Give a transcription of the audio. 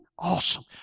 Awesome